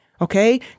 Okay